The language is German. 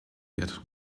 wird